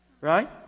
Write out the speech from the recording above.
right